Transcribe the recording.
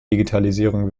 digitalisierung